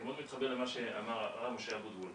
אני מאוד מתחבר למה שאמר הרב משה אבוטבול.